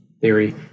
theory